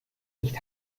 nicht